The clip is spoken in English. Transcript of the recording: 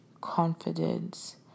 confidence